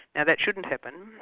now that shouldn't happen,